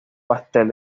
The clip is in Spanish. pastel